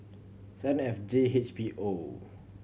seven F J H P O